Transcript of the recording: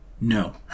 No